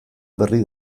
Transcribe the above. berri